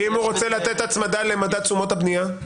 אם הוא רוצה לתת הצמדה למדד תשומות הבנייה?